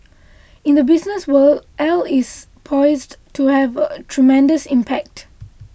in the business world L is poised to have a tremendous impact